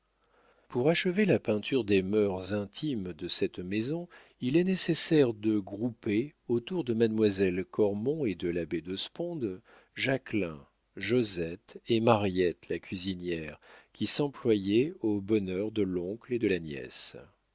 pour achever la peinture des mœurs intimes de cette maison il est nécessaire de grouper autour de mademoiselle cormon et de l'abbé de sponde jacquelin josette et mariette la cuisinière qui s'employaient au bonheur de l'oncle et de la nièce